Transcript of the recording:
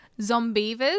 Zombievers